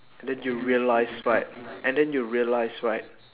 and then you realised right and then you realised right